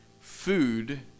food